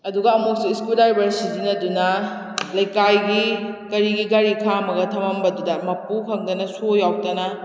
ꯑꯗꯨꯒ ꯑꯃꯨꯛꯁꯨ ꯏꯁꯀ꯭ꯔꯨ ꯗ꯭ꯔꯥꯏꯕꯔ ꯁꯤꯖꯤꯟꯅꯗꯨꯅ ꯂꯩꯀꯥꯏꯒꯤ ꯀꯔꯤꯒꯤ ꯒꯥꯔꯤ ꯈꯥꯝꯂꯒ ꯊꯝꯂꯝꯕꯗꯨꯗ ꯃꯄꯨ ꯈꯪꯗꯅ ꯁꯣ ꯌꯥꯎꯗꯅ